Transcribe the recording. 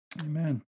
Amen